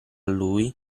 lui